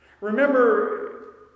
Remember